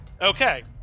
okay